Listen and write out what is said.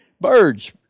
birds